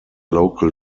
local